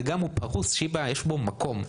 הוא גם פרוס, בשיבא יש מקום.